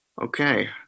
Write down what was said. Okay